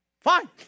fine